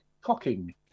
cocking